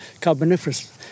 Carboniferous